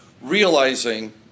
realizing